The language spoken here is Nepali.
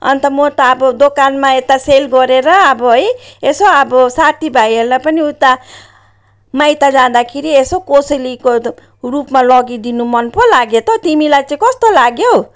अन्त म त अब दोकानमा यता सेल गरेर अब है यसो अब साथीभाइहरूलाई पनि उता माइत जाँदाखेरि यसो कोसेलीको रूपमा लगिदिनु मन पो लाग्यो त तिमीलाई चाहिँ कस्तो लाग्यो हौ